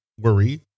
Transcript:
worry